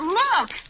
look